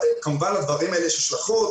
כמובן לדברים האלה יש השלכות,